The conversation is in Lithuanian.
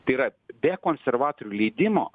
tai yra be konservatorių leidimo